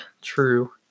true